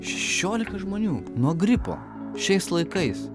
šešiolika žmonių nuo gripo šiais laikais